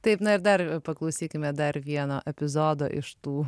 taip na ir dar paklausykime dar vieno epizodo iš tų